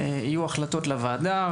יהיו החלטות לוועדה,